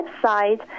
website